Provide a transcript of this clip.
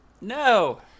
No